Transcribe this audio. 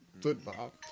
football